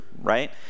right